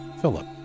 Philip